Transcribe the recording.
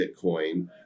Bitcoin